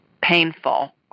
painful